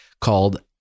called